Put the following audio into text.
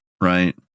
right